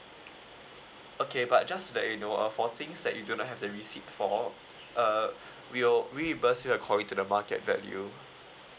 okay but just to let you know uh for things that you do not have the receipt for uh we will reimburse you according to the market value